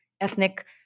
ethnic